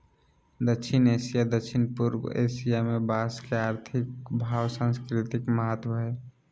दक्षिण एशिया, दक्षिण पूर्व एशिया में बांस के आर्थिक आऊ सांस्कृतिक महत्व हइ